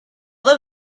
them